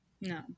No